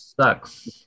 sucks